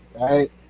Right